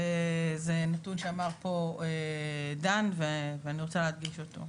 זה נתון שאמר פה דן ואני רוצה להדגיש אותו.